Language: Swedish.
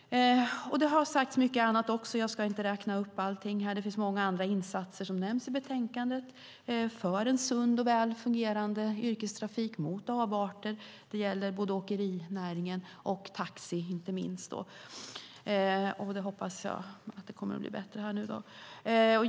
Det har sagts mycket annat också. Jag ska inte räkna upp allting här. Det finns många andra insatser som nämns i betänkandet för en sund och väl fungerande yrkestrafik och mot avarter. Det gäller både åkerinäringen och taxi, inte minst. Jag hoppas att det kommer att bli bättre nu.